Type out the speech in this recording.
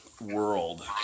world